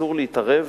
אסור להתערב